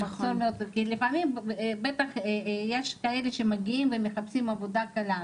כי לפעמים יש כאלה שמגיעים ומחפשים עבודה קלה.